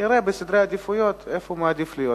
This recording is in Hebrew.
יראה בסדרי עדיפויות איפה הוא מעדיף להיות.